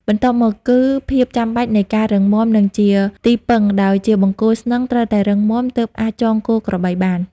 បន្ទាប់មកគឺ ភាពចាំបាច់នៃការរឹងមាំ និងជាទីពឹង ដោយជាបង្គោលស្នឹងត្រូវតែរឹងមាំ ទើបអាចចងគោក្របីបាន។